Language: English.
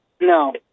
No